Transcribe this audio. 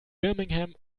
birmingham